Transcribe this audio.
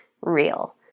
real